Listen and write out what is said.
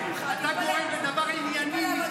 אתה גורם לדבר ענייני,